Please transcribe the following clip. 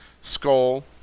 Skull